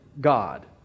God